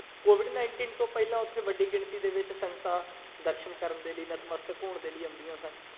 Covid nineteen ਤੋਂ ਪਹਿਲਾਂ ਉੱਥੇ ਵੱਡੀ ਗਿਣਤੀ ਦੇ ਵਿੱਚ ਸੰਗਤਾਂ ਦਰਸ਼ਨ ਕਰਨ ਦੇ ਲਈ ਨਤਮਸਤਕ ਹੋਣ ਦੇ ਲਈ ਆਉਂਦੀਆਂ ਸਨ